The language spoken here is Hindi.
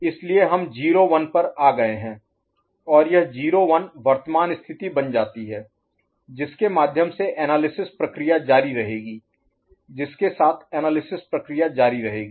इसलिए हम 0 1 पर आ गए हैं और यह 0 1 वर्तमान स्थिति बन जाती है जिसके माध्यम से एनालिसिस प्रक्रिया जारी रहेगी जिसके साथ एनालिसिस प्रक्रिया जारी रहेगी